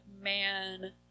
man